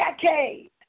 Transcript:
decade